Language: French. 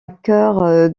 cœur